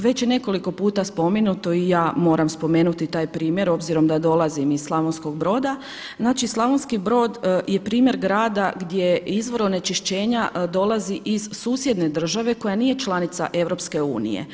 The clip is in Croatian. Već je nekoliko pusta spomenuto i ja moram spomenuti taj primjer obzirom da dolazim iz Slavonskog Broda, znači Slavonski Brod je primjer grada gdje izvor onečišćenja dolazi iz susjedne države koja nije članica EU.